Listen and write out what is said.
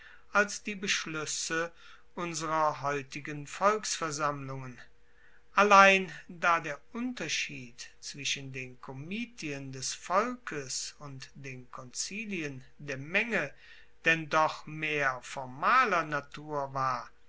als die beschluesse unserer heutigen volksversammlungen allein da der unterschied zwischen den komitien des volkes und den konzilien der menge denn doch mehr formaler natur war